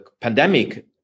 pandemic